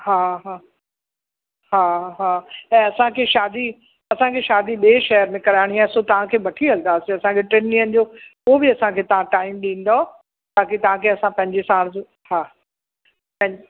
हा हा हा हा त असांखे शादी असांखे शादी ॿिए शेहर में कराइणी आहे सो तव्हांखे वठी हलंदासीं असांखे टिनि ॾींहनि जो को बि असांखे तव्हां टाइम ॾींदव ताकी तव्हांखे असां पंहिंजे हिसाब जो हा पई